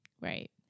Right